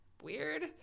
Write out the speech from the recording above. weird